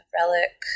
relic